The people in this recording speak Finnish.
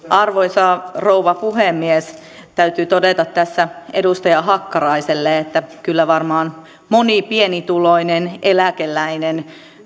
arvoisa rouva puhemies täytyy todeta tässä edustaja hakkaraiselle että kyllä varmaan moni pienituloinen eläkeläinen